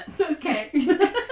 okay